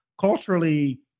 culturally